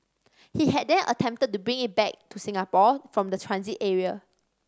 he had then attempted to bring it back to Singapore from the transit area